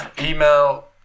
email